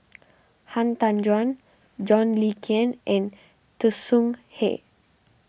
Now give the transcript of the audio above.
Han Tan Juan John Le Cain and Tsung Yeh